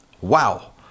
wow